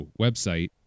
website